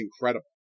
incredible